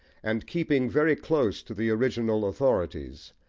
and keeping very close to the original authorities,